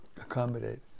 accommodate